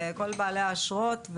לכל בעלי האשרות,